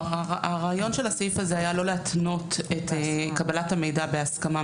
הרעיון של הסעיף הזה היה לא להתנות את קבלת המידע בהסכמה.